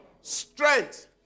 strength